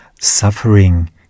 suffering